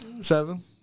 seven